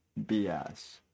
BS